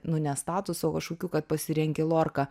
nu ne statusu o kažkokiu kad pasirenki lorką